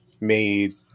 made